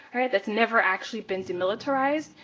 right? that's never actually been demilitarized.